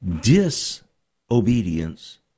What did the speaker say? Disobedience